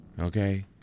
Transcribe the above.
Okay